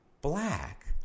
black